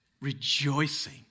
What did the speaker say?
rejoicing